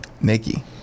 Nikki